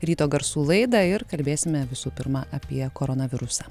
ryto garsų laidą ir kalbėsime visų pirma apie koronavirusą